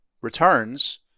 returns